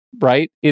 right